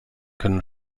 können